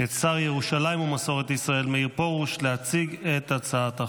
את שר ירושלים ומסורת ישראל מאיר פרוש להציג את הצעת החוק,